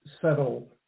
settle